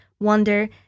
wonder